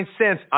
cents